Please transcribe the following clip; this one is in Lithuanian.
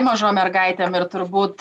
mažom mergaitėm ir turbūt